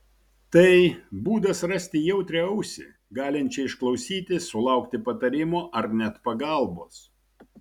tai būdas rasti jautrią ausį galinčią išklausyti sulaukti patarimo ar net pagalbos